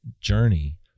journey